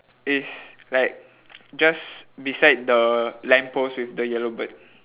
it's like just beside the lamppost with the yellow bird